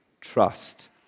trust